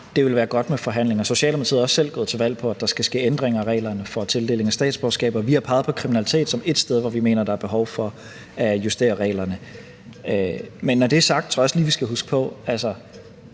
det vil være godt med forhandlinger. Socialdemokratiet er også selv gået til valg på, at der skal ske ændringer af reglerne for tildeling af statsborgerskab, og vi har peget på kriminalitet som et sted, hvor vi mener, der er behov for at justere reglerne. Men når det er sagt, tror jeg også lige, vi skal huske på,